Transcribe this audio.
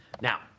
Now